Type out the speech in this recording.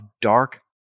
dark